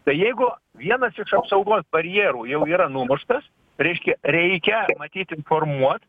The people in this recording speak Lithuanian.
tai jeigu vienas iš apsaugos barjerų jau yra numuštas reiškia reikia matyt informuot